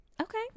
Okay